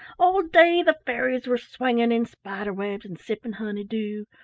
all day the fairies were swinging in spider-webs and sipping honey-dew,